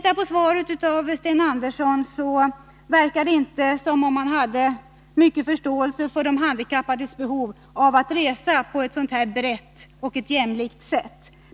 Av svaret verkar det inte som om Sten Andersson har mycken förståelse för de handikappades behov av att resa på ett jämlikt sätt.